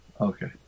Okay